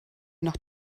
noch